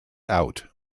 out